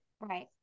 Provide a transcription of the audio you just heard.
Right